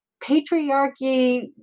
patriarchy